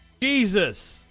Jesus